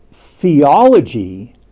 theology